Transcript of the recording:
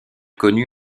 connu